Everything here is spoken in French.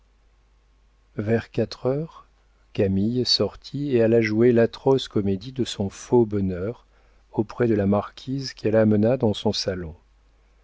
vers quatre heures camille sortit et alla jouer l'atroce comédie de son faux bonheur auprès de la marquise qu'elle amena dans son salon